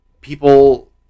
people